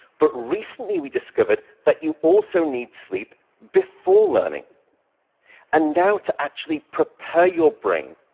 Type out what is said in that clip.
but recently, we discovered that you also need sleep before learning and to actually prepare your brain,